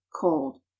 cold